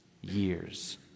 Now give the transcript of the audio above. years